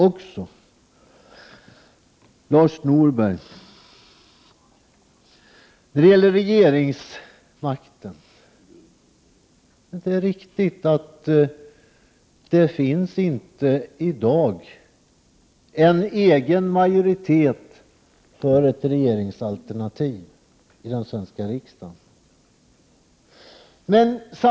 När det gäller regeringsmakten vill jag till Lars Norberg säga att det är riktigt att det i dag inte finns en egen majoritet för ett regeringsalternativ i den svenska riksdagen.